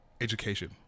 education